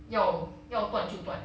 要要断就断